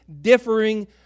differing